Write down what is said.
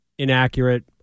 inaccurate